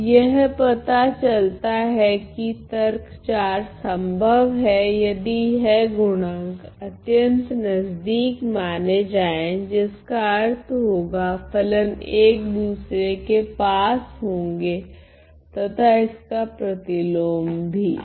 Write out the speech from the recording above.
अब यह पता चलता है कि तर्क IV संभव है यदि यह गुणांक अत्यंत नजदीक माने जाए जिसका अर्थ होगा फलन एक दूसरे के पास होगे तथा इसका प्रतिलोम भी